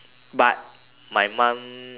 but my mum